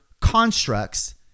constructs